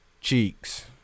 cheeks